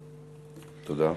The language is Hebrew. תודה.